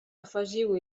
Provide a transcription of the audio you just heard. afegiu